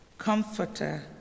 comforter